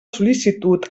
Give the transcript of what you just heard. sol·licitud